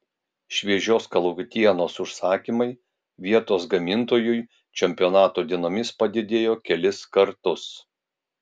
šviežios kalakutienos užsakymai vietos gamintojui čempionato dienomis padidėjo kelis kartus